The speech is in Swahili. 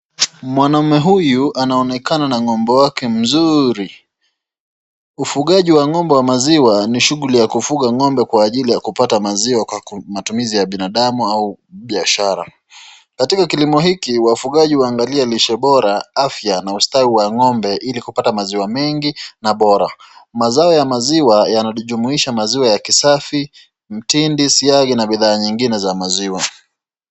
Mwanaume huyu anaonekana na ng'ombe wake mzuri. Ufugaji wa ng'ombe wa maziwa ni shughuli ya kufuga ng'ombe kwa ajili ya kupata maziwa kwa matumizi ya binadamu au biashara. Katika kilimo hiki, wafugaji huangalia lishe bora, afya na ustawi wa ng'ombe ili kupata maziwa mengi na bora. Mazao ya maziwa, yanajumuisha maziwa ya kisafi, mtindi, siagi na bidhaa nyingine za maziwa.